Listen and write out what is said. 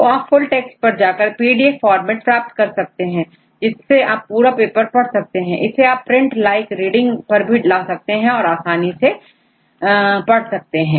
तो आप full text पर जाकर पीडीएफ फॉर्मेट प्राप्त करते हैं जिसमें आप पूरा पेपर पढ़ सकते हैं इसे आप प्रिंट लाइक रीडिंग पर भी ला सकते हैं और आसानी से पढ़ सकते हैं